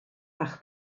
bach